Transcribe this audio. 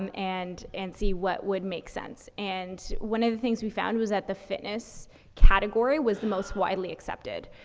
um and, and see what would make sense. and one of the things we found was that the fitness category was the most widely accepted.